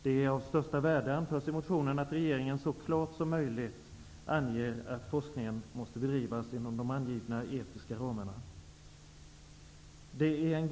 Det är av största värde, anförs det i motionen, att regeringen så klart som möjligt anger att forskningen måste bedrivas inom de angivna etiska ramarna. Herr talman!